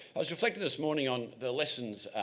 i was reflect in this morning on the lessons